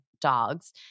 dogs